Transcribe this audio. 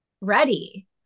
ready